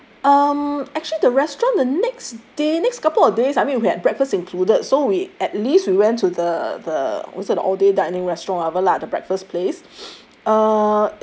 um actually the restaurant the next day next couple of days I mean we had breakfast included so we at least we went to the the was an all day dining restaurant whatever lah the breakfast place